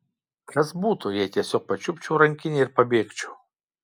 kas būtų jei tiesiog pačiupčiau rankinę ir pabėgčiau